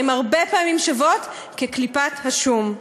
הן הרבה פעמים שוות כקליפת השום.